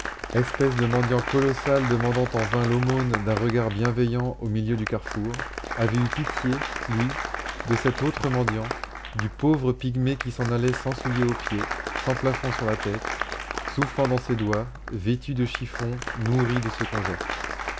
espèce de mendiant colossal demandant en vain l'aumône d'un regard bienveillant au milieu du carrefour avait eu pitié lui de cet autre mendiant du pauvre pygmée qui s'en allait sans souliers aux pieds sans plafond sur la tête soufflant dans ses doigts vêtu de chiffons nourri de ce qu'on jette